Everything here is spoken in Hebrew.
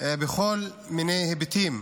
בכל מיני היבטים,